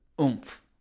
oomph